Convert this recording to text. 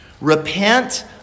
Repent